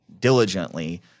diligently